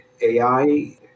AI